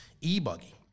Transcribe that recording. e-buggy